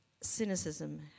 Cynicism